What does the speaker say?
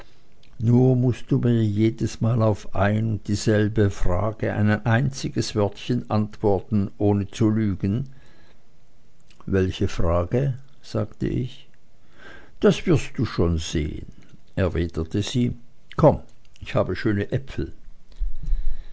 nur mußt du mir jedesmal auf ein und dieselbe frage ein einziges wörtchen antworten ohne zu lügen welche frage sagte ich das wirst du schon sehen erwiderte sie komm ich habe schöne äpfel